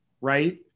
Right